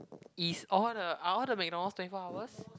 is all the are all the McDonald's twenty four hours